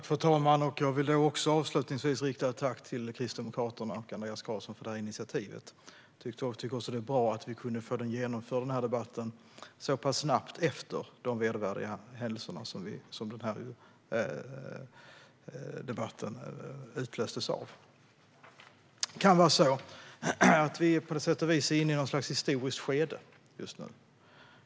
Fru talman! Också jag vill avslutningsvis rikta ett tack till Kristdemokraterna och Andreas Carlson för detta initiativ. Det var bra att vi kunde genomföra debatten så pass snabbt efter de vedervärdiga händelser som är bakgrunden till debatten. Vi är kanske på sätt och vis inne i ett politiskt skede just nu.